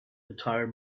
entire